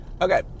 Okay